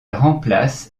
remplace